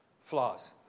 flaws